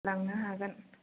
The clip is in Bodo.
लांनो हागोन